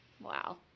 wow